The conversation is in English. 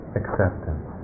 acceptance